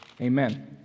Amen